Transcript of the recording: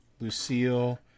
Lucille